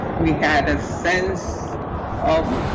we had a sense of